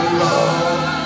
love